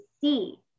see